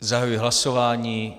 Zahajuji hlasování.